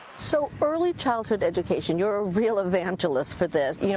so, early-childhood education, you're a real evangelist for this. you know,